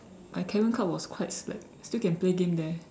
my cabin club was quite slack still can play game there